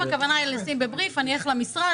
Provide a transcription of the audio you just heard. אם הכוונה היא לשים בבריף אני אלך למשרד,